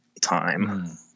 time